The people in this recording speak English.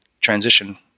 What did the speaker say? transition